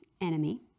enemy